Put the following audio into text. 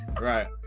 Right